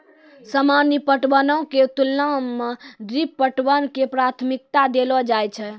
सामान्य पटवनो के तुलना मे ड्रिप पटवन के प्राथमिकता देलो जाय छै